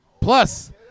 plus